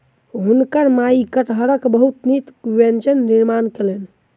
हुनकर माई कटहरक बहुत नीक व्यंजन निर्माण कयलैन